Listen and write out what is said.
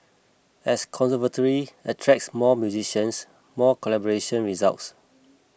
as conservatory attracts more musicians more collaboration results